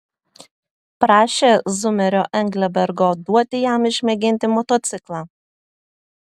prašė zumerio englebergo duoti jam išmėginti motociklą